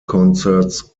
concerts